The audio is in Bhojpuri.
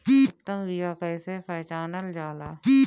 उत्तम बीया कईसे पहचानल जाला?